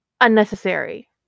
unnecessary